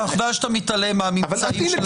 חבל שאתה מתעלם --- הנה,